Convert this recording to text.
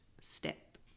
step